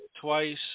twice